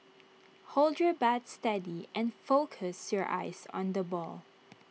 hold your bat steady and focus your eyes on the ball